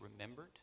remembered